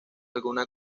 alguna